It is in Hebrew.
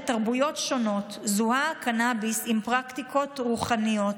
בתרבויות שונות זוהה הקנביס עם פרקטיקות רוחניות.